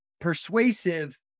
persuasive